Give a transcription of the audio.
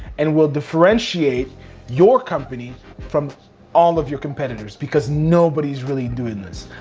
and will differentiate your company from all of your competitors, because nobody's really doing this.